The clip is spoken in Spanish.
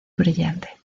brillante